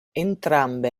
entrambe